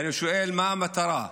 אני שואל: מה המטרה?